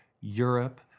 Europe